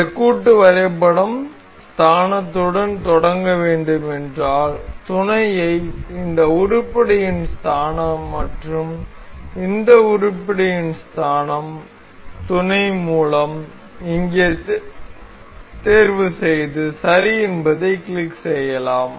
இந்த கூட்டு வரைபடம் ஸ்தானத்துடன் தொடங்க வேண்டுமென்றால் துணையை இந்த உருப்படியின் ஸ்தானம் மற்றும் இந்த உருப்படியின் ஸ்தானம் துனை மூலம் இங்கே தேர்வுசெய்து சரி என்பதைக் கிளிக் செய்யலாம்